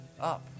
up